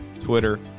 Twitter